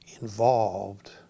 involved